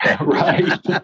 Right